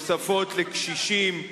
תוספות לקשישים.